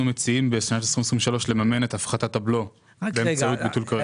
אנחנו מציעים בשנת 2023 לממן את הפחתת הבלו באמצעות ביטול קרן מס רכוש.